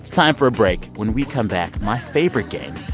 time for a break. when we come back, my favorite game,